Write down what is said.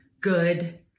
good